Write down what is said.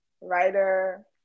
writer